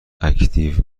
اکتیو